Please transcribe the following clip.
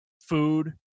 food